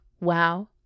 Wow